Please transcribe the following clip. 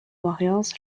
warriors